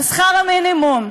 על שכר המינימום,